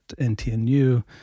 NTNU